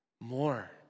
more